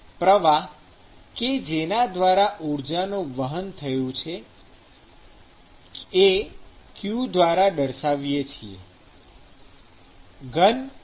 હવે પ્રવાહ કે જેના દ્વારા ઊર્જાનું વહન થયું એ "qʹʹ દ્વારા દર્શાવીએ છીએ